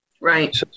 Right